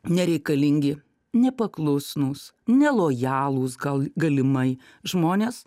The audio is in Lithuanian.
nereikalingi nepaklusnūs nelojalūs gal galimai žmonės